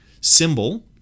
symbol